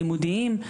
אתגרים לימודיים,